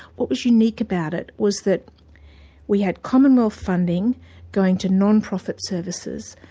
what was unique about it was that we had commonwealth funding going to non-profit services,